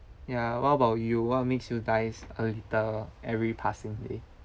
ya what about you what makes you dies a little every passing day